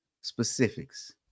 specifics